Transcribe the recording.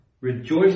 Rejoice